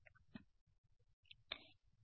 విద్యార్థి ఉండండి